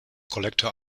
collector